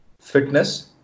fitness